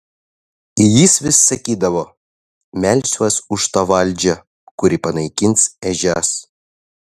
jis vis sakydavo melsiuos už tą valdžią kuri panaikins ežias